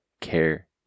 care